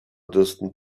distant